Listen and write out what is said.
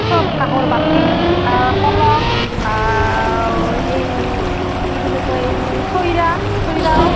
চব কাঁহৰ বাটি কা কলহ এই কি বুলি কয় এই চইৰা চইৰাও